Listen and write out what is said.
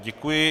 Děkuji.